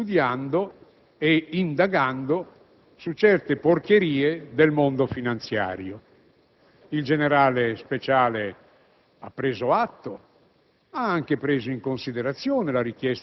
stavano esaminando, studiando, indagando su certe porcherie del mondo finanziario. Il generale Speciale ha preso atto,